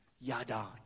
yada